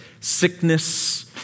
sickness